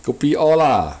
kopi o lah